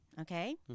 okay